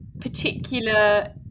particular